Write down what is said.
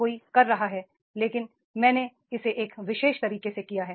हर कोई कर रहा है लेकिन मैंने इसे एक विशेष तरीके से किया